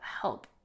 help